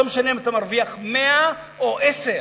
לא משנה אם אתה מרוויח 100 או 10,